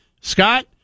Scott